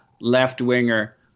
left-winger